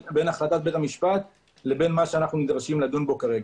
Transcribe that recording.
החלטת בית המשפט לבין מה שאנו נדרשים לדון בו כרגע.